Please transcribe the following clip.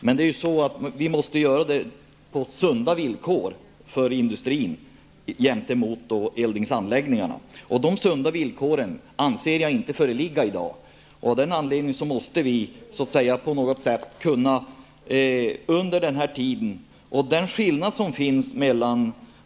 Men när det gäller eldningsanläggningarna måste den göras på sunda villkor för industrin, och de villkoren föreligger inte i dag.